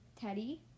Teddy